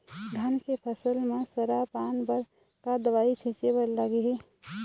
धान के फसल म सरा पान बर का दवई छीचे बर लागिही?